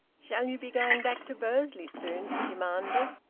shall you be going back to bursley soon? she demanded.